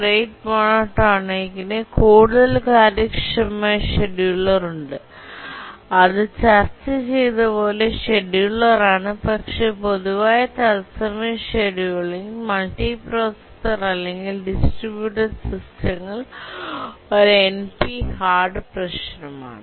rate മോനോടോണിക്കിന് കൂടുതൽ കാര്യക്ഷമമായ ഷെഡ്യൂളർ ഉണ്ട് അത് ചർച്ച ചെയ്തതുപോലെ O ഷെഡ്യൂളറാണ് പക്ഷേ പൊതുവായ തത്സമയ ഷെഡ്യൂളിംഗിൽ മൾട്ടിപ്രൊസസ്സർ അല്ലെങ്കിൽ ഡിസ്ട്രിബ്യൂട്ട് സിസ്റ്റങ്ങൾ ഒരു എൻപി ഹാർഡ് പ്രശ്നമാണ്